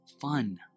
fun